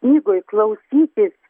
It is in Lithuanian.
knygoj klausytis